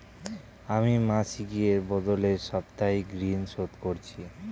আমি মাসিকের বদলে সাপ্তাহিক ঋন শোধ করছি